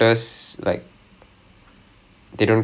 ya the doctor's dey ஆள் ஆளுக்கு:aal aalukku